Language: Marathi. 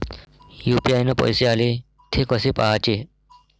यू.पी.आय न पैसे आले, थे कसे पाहाचे?